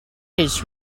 his